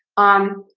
um,